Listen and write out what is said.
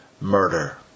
murder